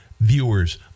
viewers